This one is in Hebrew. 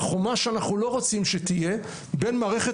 החומה שאנחנו לא רוצים שתהיה בין מערכת